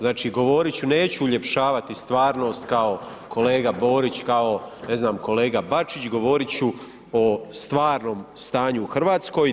Znači govorit ću neću uljepšavati stvarnost kao kolega Borić, kao ne znam kolega Bačić, govorit ću o stvarnom stanju u Hrvatskoj.